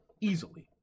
Easily